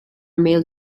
male